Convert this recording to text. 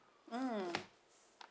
mm